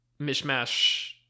mishmash